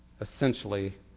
essentially